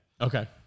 okay